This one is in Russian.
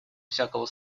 всякого